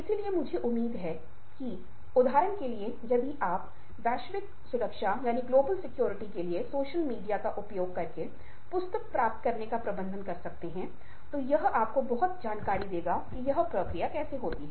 इसलिए यदि आप इसका गंभीर रूप से विश्लेषण करते हैं तो यह पाँच कथन गोलेमैन द्वारा उल्लेखित भावनात्मक बुद्धिमत्ता के पाँच आयामों का प्रतिनिधित्व करते हैं